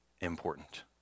important